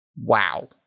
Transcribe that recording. Wow